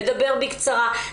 לדבר בקצרה,